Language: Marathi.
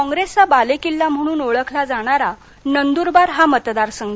कॉप्रेसचा बालेकिल्ला म्हणुन ओळखल्या जाणारा नंदुरबार हा मतदारसंघ